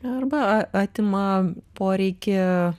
arba a atima poreikį